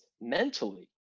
mentally